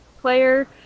player